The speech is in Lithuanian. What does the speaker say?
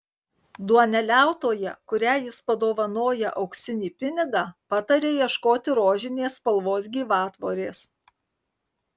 duoneliautoja kuriai jis padovanoja auksinį pinigą pataria ieškoti rožinės spalvos gyvatvorės